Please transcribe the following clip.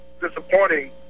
disappointing